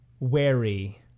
wary